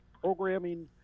programming